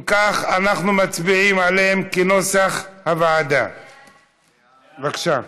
אם כך, אנחנו מצביעים עליהם כנוסח הוועדה, בבקשה.